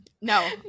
No